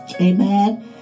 Amen